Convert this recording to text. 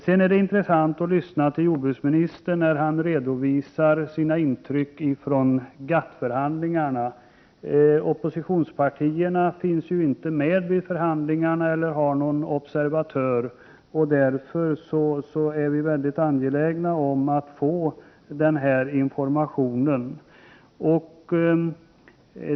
Det är intressant att lyssna på jordbruksministern när han redovisar sina intryck från GATT-förhandlingarna. Oppositionspartierna finns inte med vid förhandlingarna, och de har inte heller några observatörer. Därför är vi mycket angelägna om att få denna information.